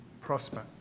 prosper